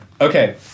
okay